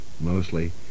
mostly